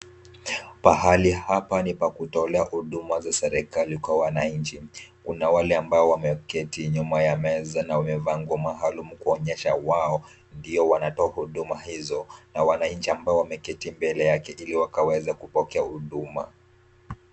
Pahali hapa ni pa kutolea huduma za serikali kwa wananchi. Kuna wale ambao wameketi nyuma ya meza na wamwvaa nguo maalum kuonyesha wao ndio wanatoa huduma hizo na wananchi ambao wameketi mbele yake kwa ajili wakaweza kupokea huduma.